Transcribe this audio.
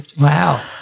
Wow